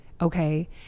Okay